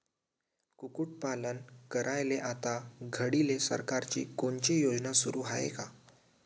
कुक्कुटपालन करायले आता घडीले सरकारची कोनची योजना सुरू हाये का?